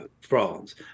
France